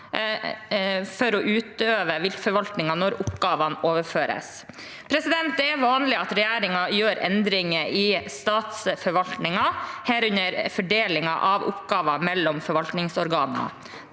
for å utøve viltforvaltning når oppgavene overføres. Det er vanlig at regjeringer gjør endringer i statsforvaltningen, herunder fordelingen av oppgaver mellom forvaltningsorganer.